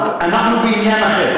אנחנו בעניין אחר.